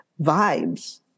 vibes